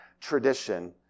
tradition